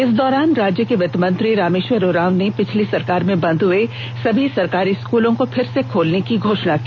इस दौरान राज्य के वित्तमंत्री रामेष्वर उरांव ने पिछली सरकार में बंद हुए सभी सरकारी स्कूलों को फिर से खोलने की भी घोषणा की